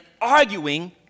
arguing